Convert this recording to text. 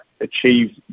achieve